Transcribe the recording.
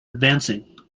advancing